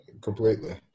Completely